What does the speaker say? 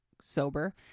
Sober